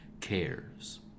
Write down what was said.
cares